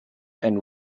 and